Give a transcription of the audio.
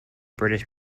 british